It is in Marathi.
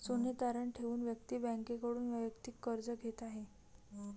सोने तारण ठेवून व्यक्ती बँकेकडून वैयक्तिक कर्ज घेत आहे